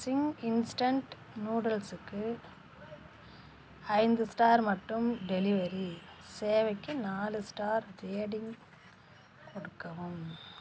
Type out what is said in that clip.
Singh instant நூடுல்ஸுக்கு ஐந்து star மற்றும் டெலிவரி சேவைக்கு நாலு ஸ்டார் ரேடிங் கொடுக்கவும்